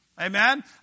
Amen